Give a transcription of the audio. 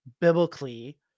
biblically